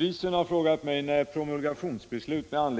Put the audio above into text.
I förra årets kulturproposition framlades förslag om